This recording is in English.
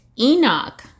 enoch